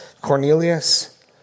Cornelius